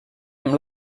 amb